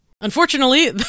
Unfortunately